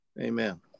Amen